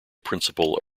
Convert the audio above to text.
principle